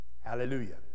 hallelujah